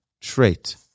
trait